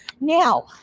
now